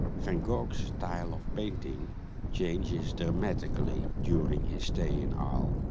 van gogh's style of painting changes dramatically during his stay in arles.